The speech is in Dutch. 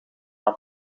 een